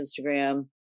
Instagram